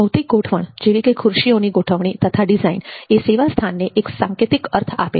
ભૌતિક ગોઠવણ જેવી કે ખુરશીઓની ગોઠવણી તથા ડિઝાઇન એ સેવા સ્થાનને એક સાંકેતિક અર્થ આપે છે